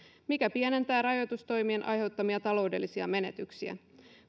mikä pienentää rajoitustoimien aiheuttamia taloudellisia menetyksiä